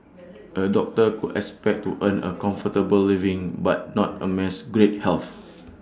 A doctor could expect to earn A comfortable living but not amass great health